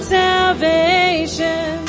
salvation